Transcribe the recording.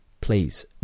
please